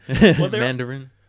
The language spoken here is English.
Mandarin